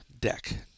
Deck